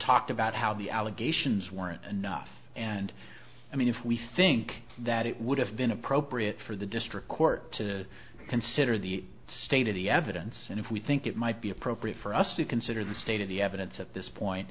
talked about how the allegations weren't enough and i mean if we think that it would have been appropriate for the district court to consider the state of the evidence and if we think it might be appropriate for us to consider the state of the evidence at this point